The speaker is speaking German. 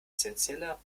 essenzieller